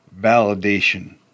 validation